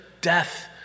death